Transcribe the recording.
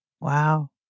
Wow